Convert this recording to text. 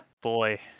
Boy